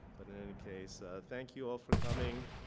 but in any case, thank you all for coming.